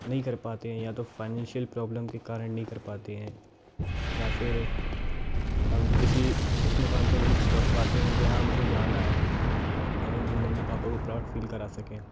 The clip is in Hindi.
नहीं कर पाते हैं या तो फ़ाइनेंशियल प्रॉब्लम के कारण नहीं कर पाते हैं या फिर हम किसी उस मुक़ाम पर नहीं पहुँच पाते हैं जहाँ हम को जाना है हम मम्मी पापा को प्राउड फ़ील करा सकें